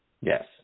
Yes